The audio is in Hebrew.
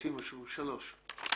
הצבעה בעד סעיפים 2-1